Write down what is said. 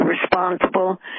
responsible